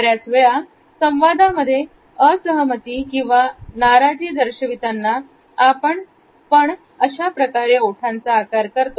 बऱ्याच वेळा संवादामध्ये असहमती किंवा नारची दर्शवताना आपण पण अशाप्रकारे ओठांचा आकार करतो